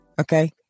Okay